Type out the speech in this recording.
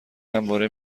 همواره